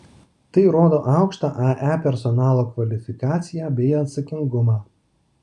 tai rodo aukštą ae personalo kvalifikaciją bei atsakingumą